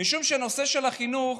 משום שנושא החינוך,